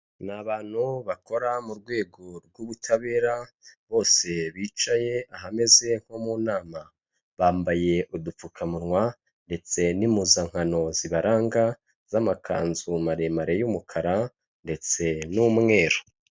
Ni abantu bakora mu rwego rw'ubutabera, bose bicaye ahameze nko mu nama, bambaye udupfukamunwa ndetse n'impuzankano zibaranga z'amakanzu maremare y'umukara ndetse n'umweru.